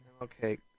Okay